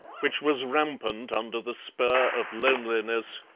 which was rampant under the spur of loneliness,